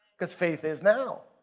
because faith is now.